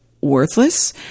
worthless